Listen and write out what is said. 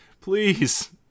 please